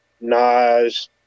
Nas